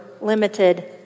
limited